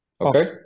Okay